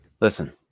listen